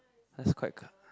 that's quite